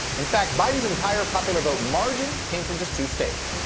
in fact, biden's entire popular vote margin came from just two states,